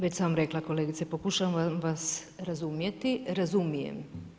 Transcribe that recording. Već sam vam rekla kolegice, pokušavam vas razumjeti, razumijem.